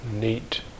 neat